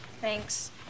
Thanks